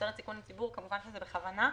שיוצרת סיכון לציבור כמובן שזה בכוונה.